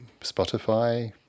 Spotify